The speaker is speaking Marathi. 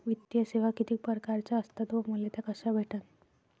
वित्तीय सेवा कितीक परकारच्या असतात व मले त्या कशा भेटन?